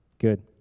Good